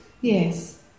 Yes